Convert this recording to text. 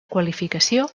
qualificació